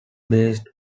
based